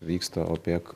vyksta opec